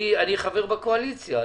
אני חבר בקואליציה,